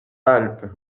alpes